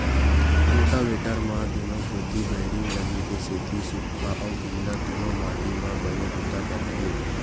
rotavator म दूनो कोती बैरिंग लगे के सेती सूख्खा अउ गिल्ला दूनो माटी म बने बूता करथे